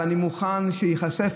ואני מוכן שייחשף,